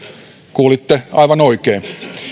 kuulitte aivan oikein